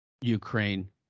Ukraine